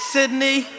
Sydney